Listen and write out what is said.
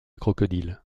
crocodile